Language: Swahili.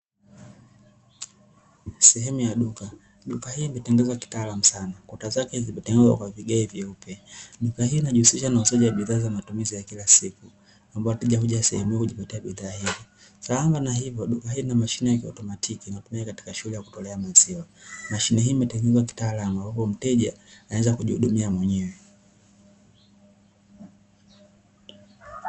Sehemu ya duka. Duka hili limetengenezwa kitaalamu sana. Kuta zake zimetengenezwa kwa vigae vyeupe. Duka hili linajihusisha na uuzaji wa bidhaa za matumizi ya kila siku ambayo wateja huja katika sehemu hii kujipatia bidhaa hizo. Sambamba na hivyo duka hili lina mashine ya kiautomatiki inayotumika katika shughuli ya kutolea maziwa. Mashine hii imetengenezwa kitaalamu ambapo mteja anaweza kujihudumia mwenyewe.